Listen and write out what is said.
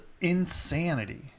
insanity